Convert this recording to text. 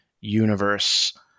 universe